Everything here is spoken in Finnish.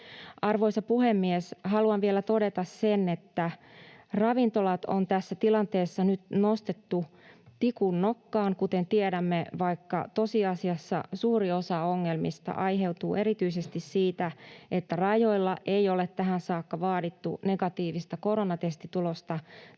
Arvoisa puhemies! Haluan vielä todeta sen, että ravintolat on tässä tilanteessa nyt nostettu tikun nokkaan, kuten tiedämme, vaikka tosiasiassa suuri osa ongelmista aiheutuu erityisesti siitä, että rajoilla ei ole tähän saakka vaadittu negatiivista koronatestitulosta tai ei